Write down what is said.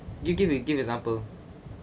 you give an give example